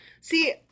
see